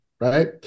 right